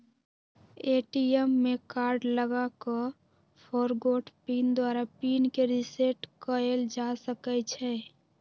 ATM में card लगा कऽ फ़ॉरगोट पिन द्वारा पिन के रिसेट कएल जा सकै छै